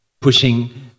pushing